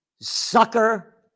Sucker